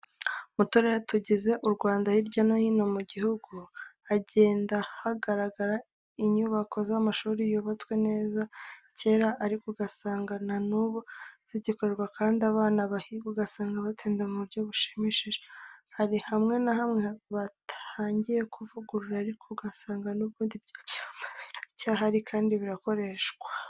Mu turere tugize u Rwanda hirya no hino mu gihugu, hagenda hagaragara inyubako z'amashuri yubatswe kera ariko ugasanga na n'ubu zigikorerwamo kandi abana bahiga ugasanga batsinda mu buryo bushimishije. Hari hamwe na hamwe batangiye kuvugurura ariko ugasanga n'ubundi ibyo byumba biracyahari kandi birakoreshwa.